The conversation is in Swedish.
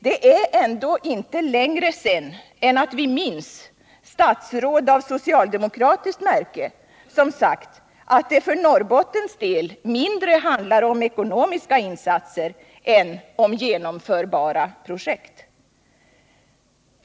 Det är ändå inte längre sedan än att vi minns statsråd av socialdemokratiskt märke som sagt att det för Norrbottens del mindre handlar om ekonomiska insatser än om genomförbara projekt.